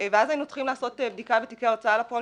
ואז היינו צריכים לעשות בדיקה בתיקי ההוצאה לפועל